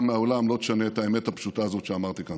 מהאולם לא ישנו את האמת הפשוטה הזאת שאמרתי כאן.